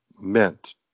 meant